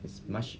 it's much